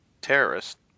terrorist